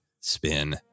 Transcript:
spin